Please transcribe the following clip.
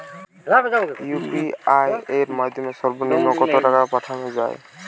UPI এর মাধ্যমে সর্ব নিম্ন কত টাকা পাঠানো য়ায়?